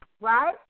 right